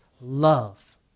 love